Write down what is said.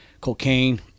cocaine